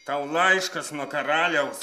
tau laiškas nuo karaliaus